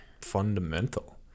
fundamental